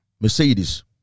Mercedes